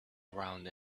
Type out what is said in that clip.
around